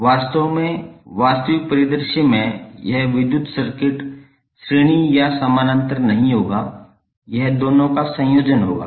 वास्तव में वास्तविक परिदृश्य में यह विद्युत सर्किट श्रेणी या समानांतर नहीं होगा यह दोनों का संयोजन होगा